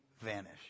vanish